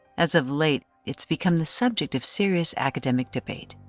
as of late it's become the subject of serious academic debate.